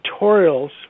tutorials